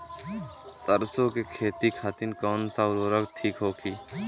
सरसो के खेती खातीन कवन सा उर्वरक थिक होखी?